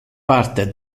parte